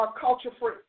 culture-free